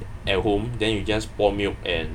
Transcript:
at home then you just pour milk and